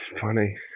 funny